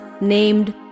named